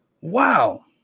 Wow